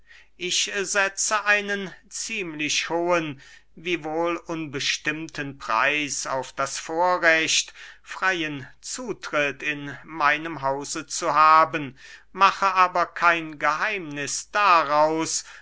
ich setze einen ziemlich hohen wiewohl unbestimmten preis auf das vorrecht freyen zutritt in meinem hause zu haben mache aber kein geheimniß daraus